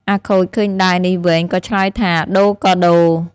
អាខូចឃើញដាវនេះវែង ក៏ឆ្លើយថា “ដូរក៏ដូរ ”។